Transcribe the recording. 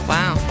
Wow